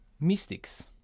mystics